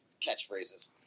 catchphrases